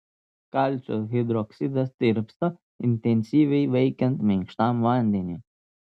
kalcio hidroksidas tirpsta intensyviai veikiant minkštam vandeniui